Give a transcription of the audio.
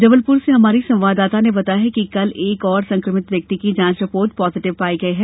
जबलपुर से हमारी संवाददाता ने बताया है कि कल एक और संकभित व्यक्ति की जांच रिपोर्ट पॉजीटिव पाई गई है